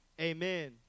Amen